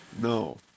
No